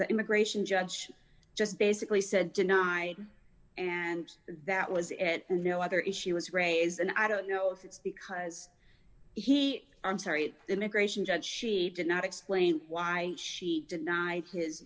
but immigration judge just basically said tonight and that was and no other issue was raised and i don't know if it's because he i'm sorry the immigration judge she did not explain why she denied his